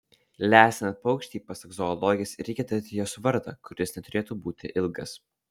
lesinant paukštį pasak zoologės reikia tarti jos vardą kuris neturėtų būti ilgas